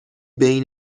بین